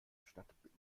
stadtbild